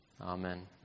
Amen